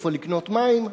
איפה לקנות מים,